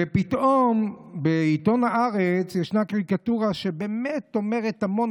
ופתאום בעיתון הארץ ישנה קריקטורה שבאמת אומרת המון